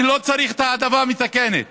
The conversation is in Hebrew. אני לא צריך את ההעדפה המתקנת